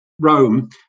Rome